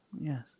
Yes